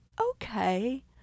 okay